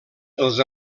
els